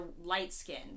light-skinned